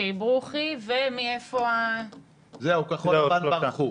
ברוכי ומאיפה ה --- זהו, כחול לבן ברחו.